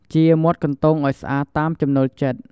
ចៀរមាត់កន្ទោងឲ្យស្អាតតាមចំណូលចិត្ត។